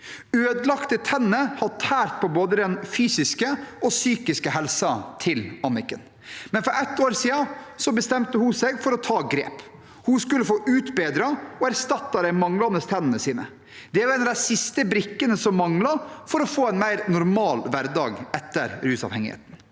Ødelagte tenner har på tært på både den fysiske og psykiske helsen til Anniken, og for ett år siden bestemte hun seg for å ta grep. Hun skulle få utbedret og erstattet de manglende tennene sine. Det var en av de siste brikkene som manglet for å få en mer normal hverdag etter rusavhengigheten.